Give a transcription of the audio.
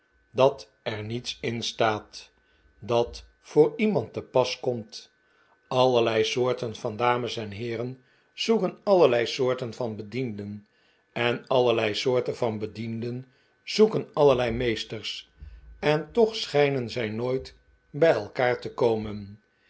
dat er niets in staat dat voor iemand te pas komt allerlei soorten van dames en heeren zoeken allerlei soorten van bedienden en allerlei soorten van bedienden zoeken allerlei meesters en toch schijnen zij nooit bij elkaar te komen